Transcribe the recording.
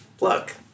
look